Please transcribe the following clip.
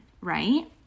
right